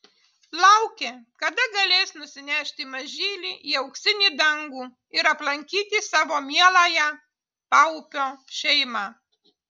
laukė kada galės nusinešti mažylį į auksinį dangų ir aplankyti savo mieląją paupio šeimą